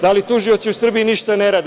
Da li tužioci u Srbiji ništa ne rade?